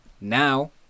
Now